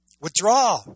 Withdraw